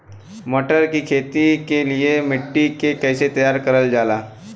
मटर की खेती के लिए मिट्टी के कैसे तैयार करल जाला?